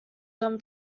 them